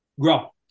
grow